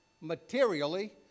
materially